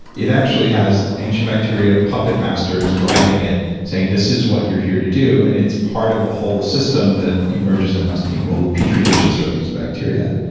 it actually has ancient bacteria puppet masters driving it, saying this is what you're here to do, and it's part of a whole system that emerges in us being mobile petri dishes for these bacteria.